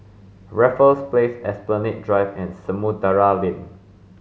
Raffles Place Esplanade Drive and Samudera Lane